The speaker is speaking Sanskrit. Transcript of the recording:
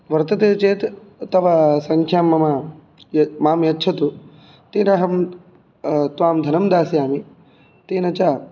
वर्तते चेत् तव संख्यां मम माम् यच्छतु तीरहं त्वां धनं दास्यामि तेन च